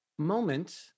moment